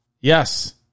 Yes